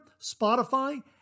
Spotify